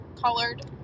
colored